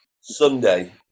Sunday